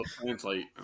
Translate